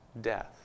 death